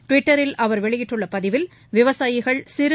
டுவிட்டரில் அவர் வெளியிட்டுள்ள பதிவில் விவசாயிகள் சிறு